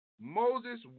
Moses